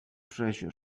treasure